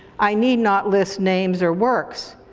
i need not list names or works.